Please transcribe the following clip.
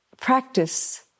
practice